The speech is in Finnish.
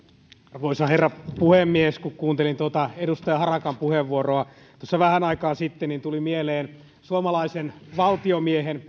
arvoisa herra puhemies kun kuuntelin tuota edustaja harakan puheenvuoroa tuossa vähän aikaa sitten niin tulivat mieleen suomalaisen valtiomiehen